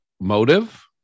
motive